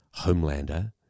Homelander